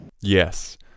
Yes